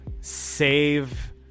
save